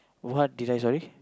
what did I sorry